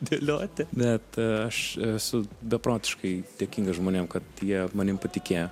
dėlioti net aš esu beprotiškai dėkingas žmonėm kad jie manim patikėjo